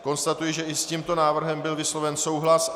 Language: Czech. Konstatuji, že i s tímto návrhem byl vysloven souhlas.